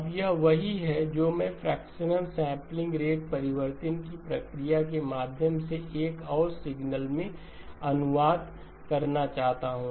अब यह वही है जो मैं फ्रेक्शनल सैंपलिंग रेट परिवर्तन की प्रक्रिया के माध्यम से एक और सिग्नल में अनुवाद करना चाहता हूं